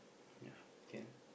ya can